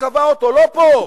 קבע אותו, לא פה,